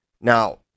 now